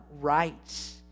rights